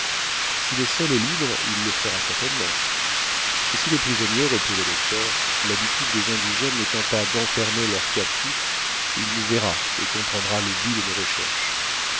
s'il est seul et libre il le fera certainement et s'il est prisonnier reprit le docteur l'habitude des indigènes n'étant pas d'enfermer leurs captifs il nous verra et comprendra le but de nos recherches